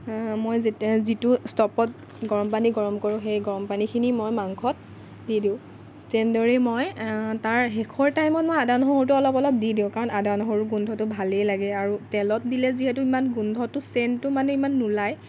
মই যিটো ষ্ট'ভত গৰম পানী গৰম কৰোঁ সেই গৰম পানীখিনি মই মাংসত দি দিওঁ তেনেদৰেই মই তাৰ শেষৰ টাইমত মই আদা নহৰুটো অলপ অলপ দি দিওঁ কাৰণ আদা নহৰুৰ গোন্ধটো ভালেই লাগে আৰু তেলত দিলে যিহেতু ইমান গোন্ধটো চেণ্টটো মানে ইমান নোলায়